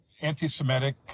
anti-Semitic